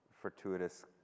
fortuitous